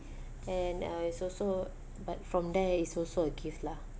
and uh it's also but from there is also a gift lah